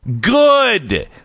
Good